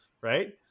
Right